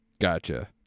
Gotcha